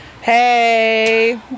Hey